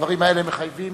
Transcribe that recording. שהדברים האלה מחייבים,